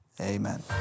amen